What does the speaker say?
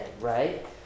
right